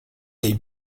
they